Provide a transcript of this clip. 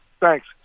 Thanks